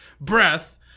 breath